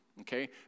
Okay